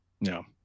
No